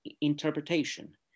interpretation